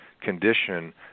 condition